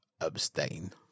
Abstain